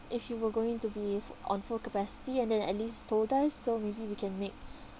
if you were going to be fu~ on full capacity and then at least told us so maybe we can make